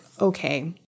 okay –